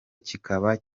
kikaba